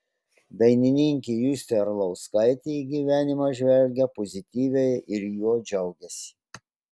dainininkė justė arlauskaitė į gyvenimą žvelgia pozityviai ir juo džiaugiasi